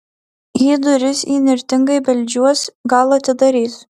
į duris įnirtingai beldžiuos gal atidarys